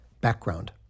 Background